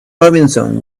robinson